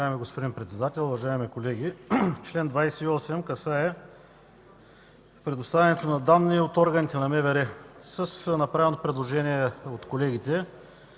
господин Председател, уважаеми колеги! Член 28 касае предоставянето на данни от органите на МВР. С направеното от колегите